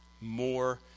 more